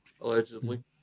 Allegedly